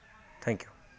thank you